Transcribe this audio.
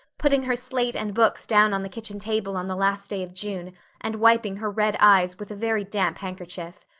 putting her slate and books down on the kitchen table on the last day of june and wiping her red eyes with a very damp handkerchief.